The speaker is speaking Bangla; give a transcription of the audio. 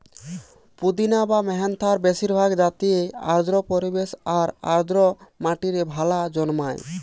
পুদিনা বা মেন্থার বেশিরভাগ জাতিই আর্দ্র পরিবেশ আর আর্দ্র মাটিরে ভালা জন্মায়